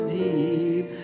deep